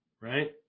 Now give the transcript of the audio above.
right